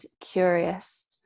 curious